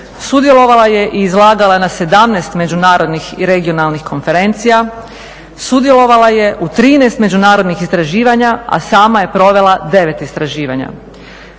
sudjelovala je i izlagala na 17 međunarodnih i regionalnih konferencija, sudjelovala je u 13 međunarodnih istraživanja, a sama je provela 9 istraživanja.